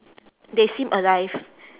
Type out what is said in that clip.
they seem alive